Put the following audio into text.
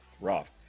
rough